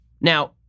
Now